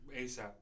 ASAP